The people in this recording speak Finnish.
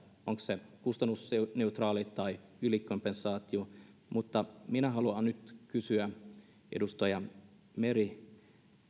onko se kustannusneutraali tai ylikompensaatio mutta minä haluan kysyä edustaja meri